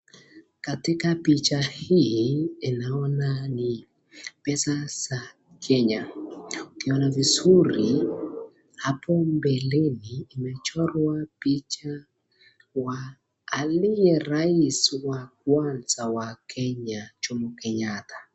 Katiak picha hii ninaona ni pesa za Kenya. Ukiona vizuri hapo mbeleni imechorwa picha wa aliye rais wa kwanza wa Kenya, Jomo Kenyatta.